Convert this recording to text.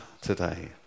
today